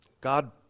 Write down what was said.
God